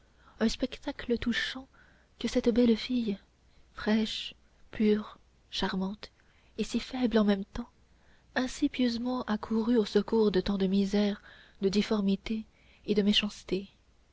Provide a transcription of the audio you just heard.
un spectacle touchant que cette belle fille fraîche pure charmante et si faible en même temps ainsi pieusement accourue au secours de tant de misère de difformité et de méchanceté